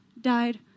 died